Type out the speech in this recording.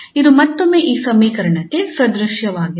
ಇದು ಮತ್ತೊಮ್ಮೆ ಈ ಸಮೀಕರಣಕ್ಕೆ ಸದೃಶವಾಗಿದೆ